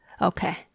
Okay